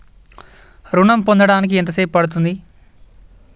ఋణం పొందడానికి ఎంత సేపు పడ్తుంది?